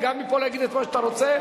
וגם מפה להגיד את מה שאתה רוצה?